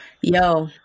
yo